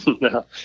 No